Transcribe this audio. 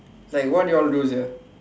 like what did you all do sia